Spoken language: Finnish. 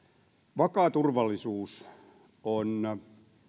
vakaa turvallisuus on